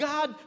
God